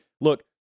Look